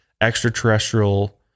extraterrestrial